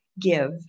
give